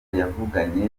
yavuganye